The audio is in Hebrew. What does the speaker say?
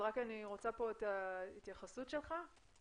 אני רוצה פה את ההתייחסות שלך.